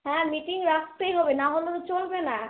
হ্যাঁ মিটিং রাখতেই হবে না হলে তো চলবে না